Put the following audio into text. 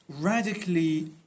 radically